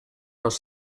los